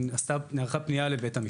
מבלי שנערכה פנייה לבית המשפט.